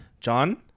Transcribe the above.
john